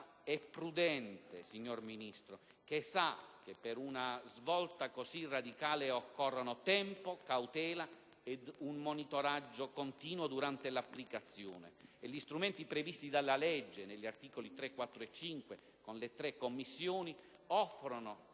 e prudente, signor Ministro, che sa che per una svolta così radicale occorrono tempo, cautela ed un monitoraggio continuo durante l'applicazione: gli strumenti previsti dalla legge agli articoli 3, 4 e 5, con le due Commissioni e